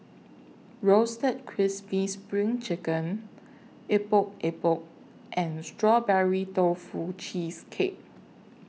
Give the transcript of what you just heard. Roasted Crispy SPRING Chicken Epok Epok and Strawberry Tofu Cheesecake